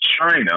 China